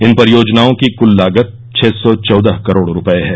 इन परियोजनाओं की कुल लागत छह सौ चौदह करोड रूपये है